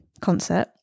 concert